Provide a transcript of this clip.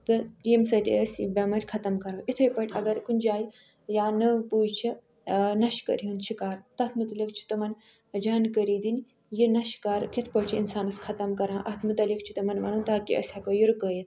تہٕ ییٚمہِ سۭتۍ أسۍ یہِ بٮ۪مٲرۍ ختم کَرو یِتھَے پٲٹھۍ اگر کُنہِ جاے یا نٔو پُے چھِ نشہِ کٲری ہُنٛد شِکار تتھ متعلق چھُ تِمن جانکٲری دِنۍ یہِ نشہِ کار کِتھ پٲٹھۍ چھِ اِنسانس ختم کَران اتھ متعلق چھُ تِمن ونُن تاکہِ أسۍ ہٮ۪کو یہِ رُکٲیِتھ